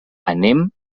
anem